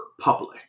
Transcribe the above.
public